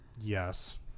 Yes